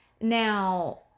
Now